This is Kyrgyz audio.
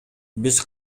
биз